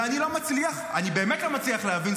ואני לא מצליח, אני באמת לא מצליח להבין.